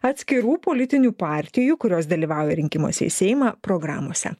atskirų politinių partijų kurios dalyvauja rinkimuose į seimą programose